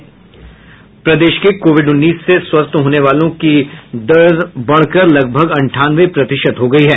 प्रदेश के कोविड उन्नीस से स्वस्थ होने वालों की दर बढ़कर लगभग अंठानवे प्रतिशत हो गयी है